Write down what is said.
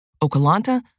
Ocalanta